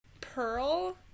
Pearl